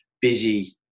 busy